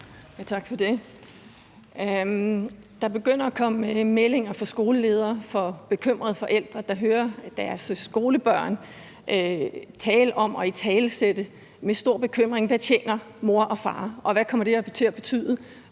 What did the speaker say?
Tak for det. Der begynder at komme meldinger fra skoleledere om bekymrede forældre, der hører deres skolebørn tale med stor bekymring om, hvad mor og far tjener, og hvad det kommer til at betyde,